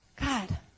God